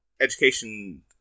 education